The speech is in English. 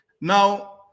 Now